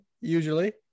usually